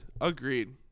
agreed